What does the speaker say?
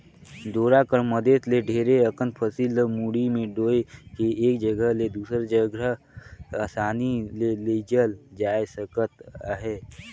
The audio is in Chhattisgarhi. डोरा कर मदेत ले ढेरे अकन फसिल ल मुड़ी मे डोएह के एक जगहा ले दूसर जगहा असानी ले लेइजल जाए सकत अहे